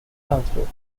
transport